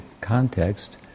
context